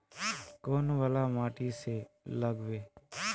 कौन वाला माटी में लागबे?